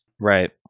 Right